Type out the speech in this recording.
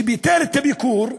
וביטל את הביקור.